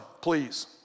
please